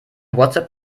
whatsapp